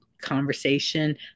conversation